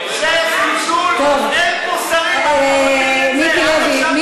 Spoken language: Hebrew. זה זלזול, אין פה שרים, עד עכשיו נשארנו.